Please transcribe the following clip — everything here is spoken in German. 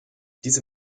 diese